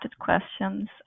questions